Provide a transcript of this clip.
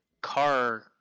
car